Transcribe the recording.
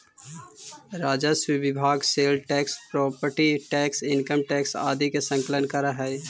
राजस्व विभाग sale tax property tax income tax आदि के संकलन करऽ हई